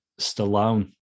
Stallone